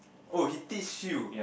oh he diss you